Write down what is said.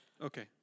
Okay